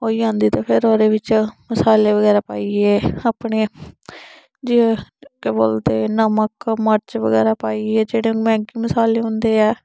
होई जंदी ते फेर ओह्दे बिच्च मसाले बगैरा पाइयै अपने जे केह् बोलदे नमक मर्च बगैरा पाइयै जेह्ड़े मैगी मसाले होंदे ऐ